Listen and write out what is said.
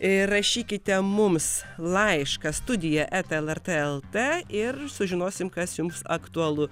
ir rašykite mums laišką studija eta lrt lt ir sužinosim kas jums aktualu